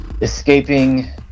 escaping